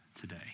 today